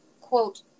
Quote